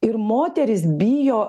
ir moterys bijo